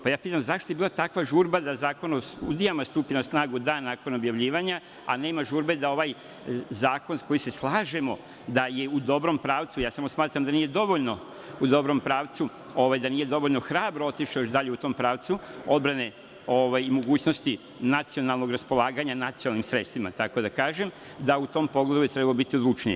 Pitam, zašto je bila takva žurba da Zakon o sudijama stupi na snagu dana nakon objavljivanja, a nema žurbe da ovaj zakon, koji se slažemo da je u dobrom pravcu, samo smatram da nije dovoljno u dobrom pravcu, da nije dovoljno hrabro otišao još dalje u tom pravcu odbrane mogućnosti nacionalnog raspolaganja nacionalnim sredstvima, tako da kažem, da u tom pogledu je trebalo biti odlučnije.